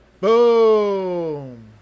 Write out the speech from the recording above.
Boom